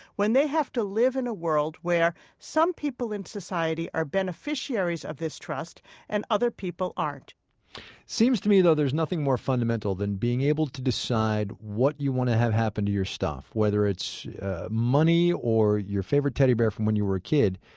when they have to live in a world where some people in society are beneficiaries of this trust and other people aren't seems to me though, there's nothing more fundamental than being able to decide what you want to have happen to your stuff, whether it's money or your favorite teddy bear from when you were a kid,